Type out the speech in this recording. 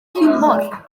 hiwmor